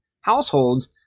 households